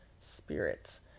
spirits